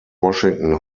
washington